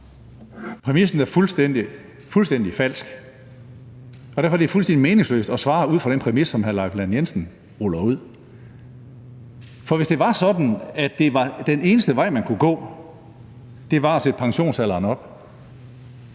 Præmissen er fuldstændig falsk, og derfor er det fuldstændig meningsløst at svare ud fra den præmis, som hr. Leif Lahn Jensen ruller ud. Det er ikke sådan, at den eneste vej, man kan gå, er at sætte pensionsalderen op.